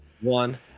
one